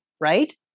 right